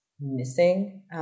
missing